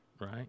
right